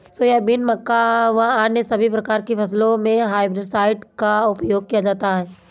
soybean, मक्का व अन्य सभी प्रकार की फसलों मे हेर्बिसाइड का उपयोग किया जाता हैं